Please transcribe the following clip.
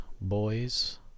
boys